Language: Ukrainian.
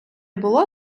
було